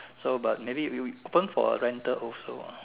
so but maybe we we open for rental also lor